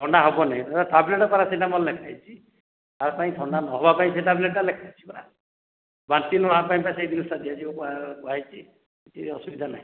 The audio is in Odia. ଥଣ୍ଡା ହେବନି ଏ ତା ପାଇଁ ଏଟା ପାରାସିଟାମଲ୍ ଲେଖା ହେଇଛି ତା ପାଇଁ ଥଣ୍ଡା ନ ହେବା ପାଇଁ ସେ ଟାବଲେଟ୍ ଟା ଲେଖିଛି ପରା ବାନ୍ତି ନହେବା ପାଇଁ ବା ସେଇ ଜିନିଷ ଦିଆଯିବ ବା କୁହା ହେଇଛି କିଛି ଅସୁବିଧା ନାହିଁ